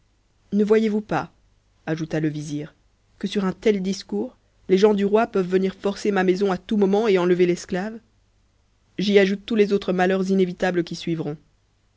ne voyez-vous pas ajouta le vizir que sur un tel discours les gens du roi peuvent venir forcer ma maison à tout moment et enlever peseta j'y ajoute tous les autres malheurs inévitables qui suivront